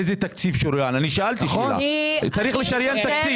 אני שאלתי שאלה, צריך לשריין תקציב.